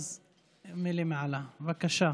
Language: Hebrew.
מלמעלה, בבקשה.